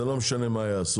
זה לא משנה מה יעשו,